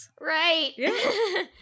right